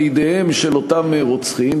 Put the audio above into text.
לידיהם של אותם רוצחים,